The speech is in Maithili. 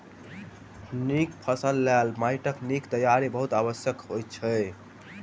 नीक फसिलक लेल माइटक नीक तैयारी बहुत आवश्यक होइत अछि